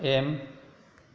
M